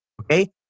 Okay